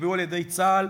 שנקבעו על-ידי צה"ל,